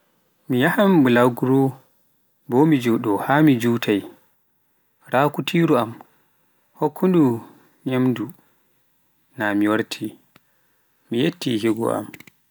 Mi yahan bulaguro, bo mi jooɗo haa juutai, raa kutiru am hokkundu nyaamdu, na mi warti, miyetti higo.